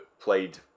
played